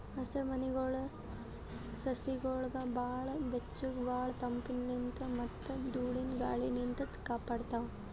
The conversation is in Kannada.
ಹಸಿರಮನೆಗೊಳ್ ಸಸಿಗೊಳಿಗ್ ಭಾಳ್ ಬೆಚ್ಚಗ್ ಭಾಳ್ ತಂಪಲಿನ್ತ್ ಮತ್ತ್ ಧೂಳಿನ ಗಾಳಿನಿಂತ್ ಕಾಪಾಡ್ತಾವ್